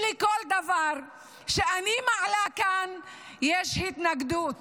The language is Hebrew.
לא פלא שלכל דבר שאני מעלה כאן יש התנגדות